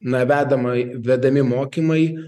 na vedama vedami mokymai